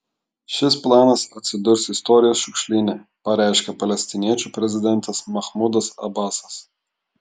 šis planas atsidurs istorijos šiukšlyne pareiškė palestiniečių prezidentas mahmudas abasas